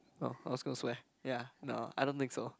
oh I was gonna swear ya no I don't think so